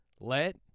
Let